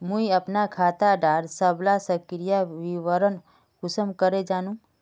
मुई अपना खाता डार सबला सक्रिय विवरण कुंसम करे जानुम?